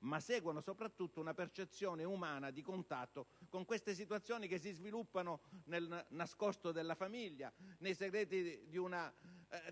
ma soprattutto una percezione umana di contatto con situazioni che si sviluppano nel nascosto della famiglia, nei segreti di una